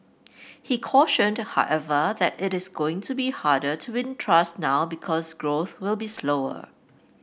he cautioned however that it is going to be harder to win trust now because growth will be slower